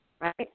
right